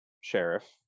sheriff